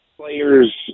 players